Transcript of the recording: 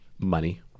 Money